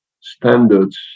standards